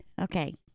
Okay